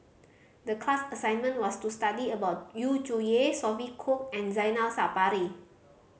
the class assignment was to study about Yu Zhuye Sophia Cooke and Zainal Sapari